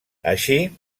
així